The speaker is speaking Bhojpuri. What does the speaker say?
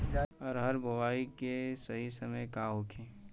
अरहर बुआई के सही समय का होखे?